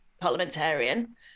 parliamentarian